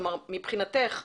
כלומר מבחינתך,